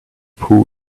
pool